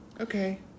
okay